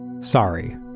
Sorry